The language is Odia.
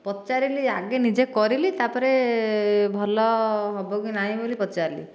ପଚାରିଲି ଆଗେ ନିଜେ କରିଲି ତାପରେ ଭଲ ହେବକି ନାହିଁ ବୋଲି ପଚାରିଲି